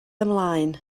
ymlaen